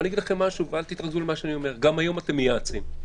גם היום אתם מייעצים,